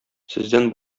сездән